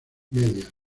medias